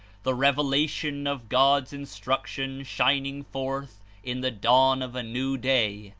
the revelation of god's instruc tion shining forth in the dawn of a new day,